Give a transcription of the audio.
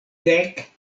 dek